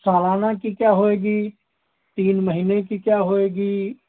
सालाना कि क्या होएगी तीन महीने कि क्या होएगी